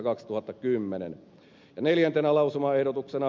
ja neljäntenä lausumaehdotuksena